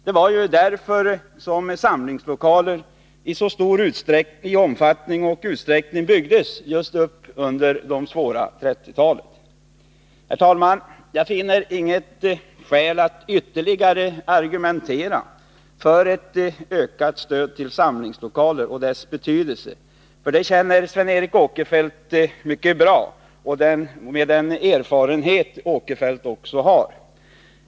Det var därför som samlingslokaler i så stor omfattning byggdes upp under det svåra 1930-talet. Herr talman! Jag finner inget skäl att ytterligare argumentera för ett ökat stöd till samlingslokaler och dess betydelse, för detta känner Sven Eric Åkerfeldt till mycket bra med den erfarenhet som han har.